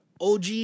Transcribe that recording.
OG